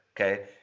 Okay